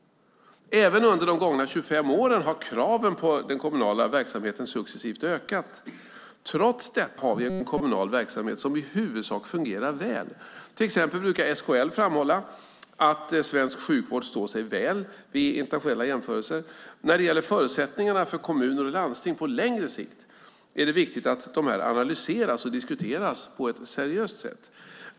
Även under de gångna 25 åren har kraven på den kommunala verksamheten successivt ökat. Trots detta har vi en kommunal verksamhet som i huvudsak fungerar väl. Till exempel brukar SKL framhålla att svensk sjukvård står sig väl vid internationella jämförelser. När det gäller förutsättningarna för kommuner och landsting på längre sikt är det viktigt att dessa analyseras och diskuteras på ett seriöst sätt.